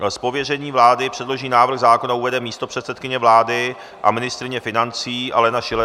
Z pověření vlády předložený návrh zákona uvede místopředsedkyně vlády a ministryně financí Alena Schillerová.